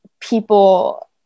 people